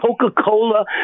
Coca-Cola